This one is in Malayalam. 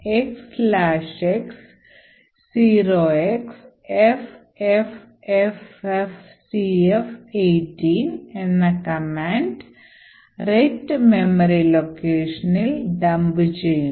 gdb xx 0xFFFFCF18 എന്ന കമാൻഡ് RET മെമ്മറി ലൊക്കേഷനിൽ ഡമ്പ് ചെയ്യുന്നു